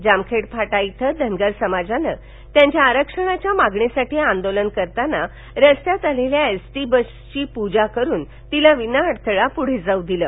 जामखेड फाटा येथे धनगर समाजाने त्यांच्या आरक्षणाच्या मागणीसाठी आंदोलन करताना रस्त्यात आलेल्या एसटी बसची पूजा करुन तिला विनाअडथळा पुढे जाऊ दिलं